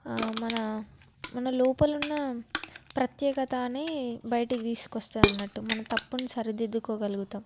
మన మన లోపల ఉన్న ప్రత్యేకత అని బయటికి తీసుకొస్తా అన్నట్టు మనం తప్పని సరిదిద్దుకో గలుగుతాం